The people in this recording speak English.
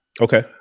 Okay